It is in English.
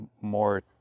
more